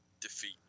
defeat